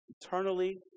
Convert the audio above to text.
eternally